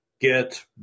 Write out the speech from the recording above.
get